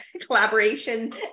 collaboration